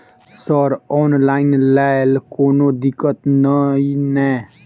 Sir online लैल कोनो दिक्कत न ई नै?